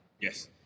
Yes